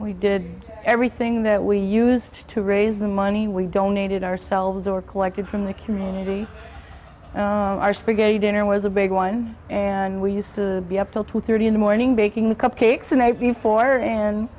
we did everything that we used to raise the money we donated ourselves or collected from the community our spaghetti dinner was a big one and we used to be up till two thirty in the morning baking the cupcakes the night before and